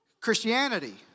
Christianity